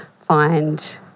find